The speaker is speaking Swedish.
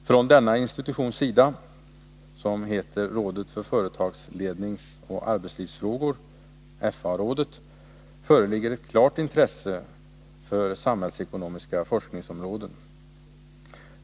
Från denna institutions sida, som heter Rådet för företagsledningsoch arbetslivsfrågor, FA-rådet, föreligger ett klart intresse för samhällsekonomiska forskningsområden.